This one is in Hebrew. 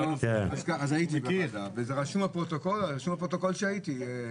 אז הייתי בוועדה ורשום בפרוטוקול שהייתי.